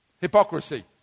hypocrisy